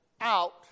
out